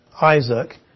Isaac